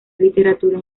literatura